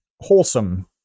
wholesome